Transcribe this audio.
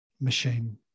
machine